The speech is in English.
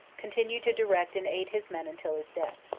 continued to direct and aid his men until his death.